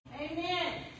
Amen